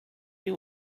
you